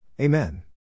Amen